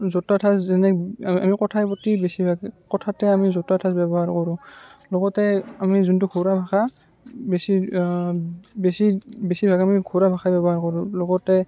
জতুৱা ঠাচ যেনে আমি আমি কথাই প্ৰতি বেছিভাগ কথাতে আমি জতুৱা ঠাচ ব্য়ৱহাৰ কৰোঁ লগতে আমি যোনটো ঘৰুৱা ভাষা বেছি বেছি বেছিভাগ আমি ঘৰুৱা ভাষাই ব্য়ৱহাৰ কৰোঁ লগতে